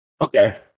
Okay